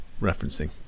referencing